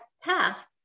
path